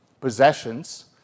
possessions